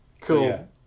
Cool